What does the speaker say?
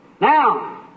Now